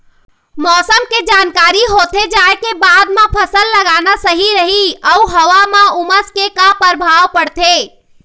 मौसम के जानकारी होथे जाए के बाद मा फसल लगाना सही रही अऊ हवा मा उमस के का परभाव पड़थे?